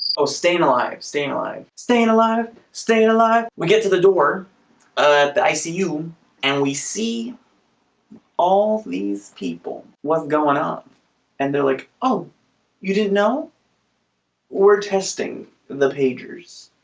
oh stayin alive stayin alive stayin alive stayin alive we get to the door but i see you and we see all these people what's going on and they're like, oh you didn't know or testing the pagers